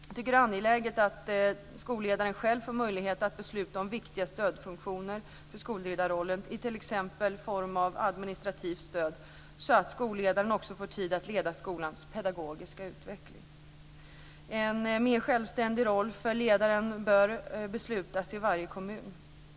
Jag tycker att det är angeläget att skolledaren själv får möjlighet att besluta om viktiga stödfunktioner för skolledarrollen i t.ex. form av administrativt stöd, så att skolledaren också får tid att leda skolans pedagogiska utveckling. En mer självständig roll för ledaren bör beslutas i varje kommun.